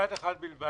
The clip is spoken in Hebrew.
משפט אחד בלבד.